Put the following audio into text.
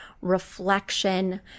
reflection